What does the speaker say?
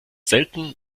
selten